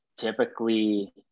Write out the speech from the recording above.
Typically